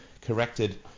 corrected